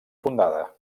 fundada